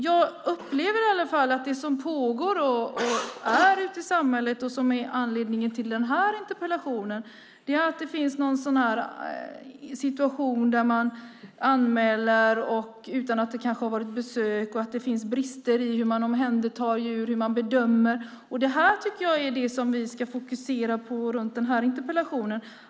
Jag upplever i alla fall att det som pågår ute i samhället, och som är anledningen till den här interpellationen, är att situationer förekommer där man anmäler utan att det kanske har varit besök. Det finns brister i hur man omhändertar djur och hur man bedömer. Det här tycker jag är det som vi ska fokusera på i samband med den här interpellationen.